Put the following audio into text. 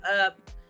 up